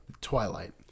twilight